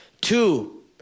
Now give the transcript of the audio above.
Two